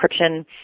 encryption